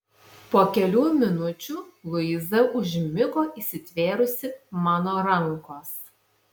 po kelių minučių luiza užmigo įsitvėrusi mano rankos